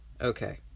Okay